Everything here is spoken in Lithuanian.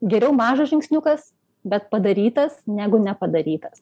geriau mažas žingsniukas bet padarytas negu nepadarytas